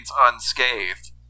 unscathed